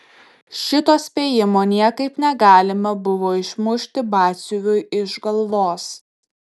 šito spėjimo niekaip negalima buvo išmušti batsiuviui iš galvos